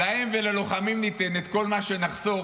להם וללוחמים ניתן את כל מה שנחסוך